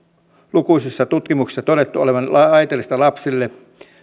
lukuisissa tutkimuksissa todettu olevan haitallista lapsille